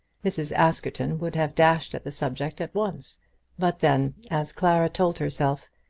mrs. askerton would have dashed at the subject at once but then, as clara told herself,